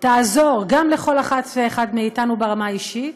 תעזור גם לכל אחת ואחד מאתנו ברמה האישית,